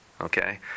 okay